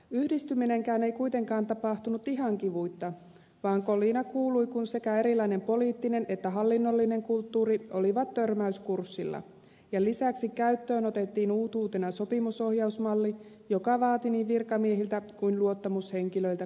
yhdistyminenkään ei kuitenkaan tapahtunut ihan kivuitta vaan kolina kuului kun sekä erilainen poliittinen että hallinnollinen kulttuuri olivat törmäyskurssilla ja lisäksi käyttöön otettiin uutuutena sopimusohjausmalli joka vaati niin virkamiehiltä kuin luottamushenkilöiltä perehtymistä